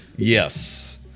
Yes